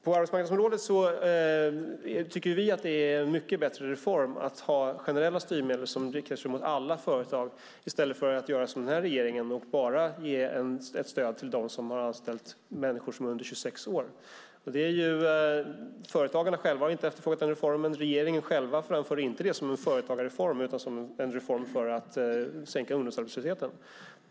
På arbetsmarknadsområdet tycker vi att det är en mycket bättre reform att ha generella styrmedel som riktar sig mot alla företag i stället för att göra som den här regeringen och bara ge stöd till dem som har anställt människor som är under 26 år. Företagarna själva har inte efterfrågat den reformen. Regeringen själv framför inte det som en företagarreform utan som en reform för att sänka ungdomsarbetslösheten.